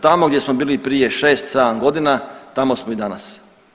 Tamo gdje smo bili prije 6, 7 godina tamo smo i danas.